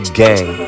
gang